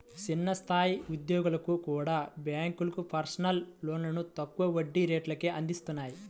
చిన్న స్థాయి ఉద్యోగులకు కూడా బ్యేంకులు పర్సనల్ లోన్లను తక్కువ వడ్డీ రేట్లకే అందిత్తన్నాయి